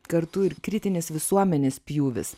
kartu ir kritinis visuomenės pjūvis